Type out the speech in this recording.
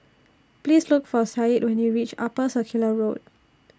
Please Look For Sadye when YOU REACH Upper Circular Road